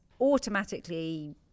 Automatically